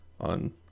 on